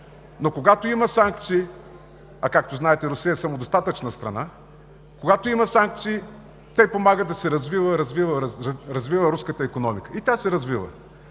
Но когато има санкции, а както знаете Русия е самодостатъчна страна, те помагат да се развива, развива, развива руската икономика. И тя се развива.